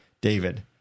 David